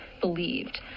believed